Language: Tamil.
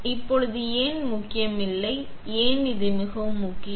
இப்போது ஏன் முக்கியம் இல்லை ஏன் இது மிகவும் முக்கியம்